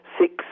six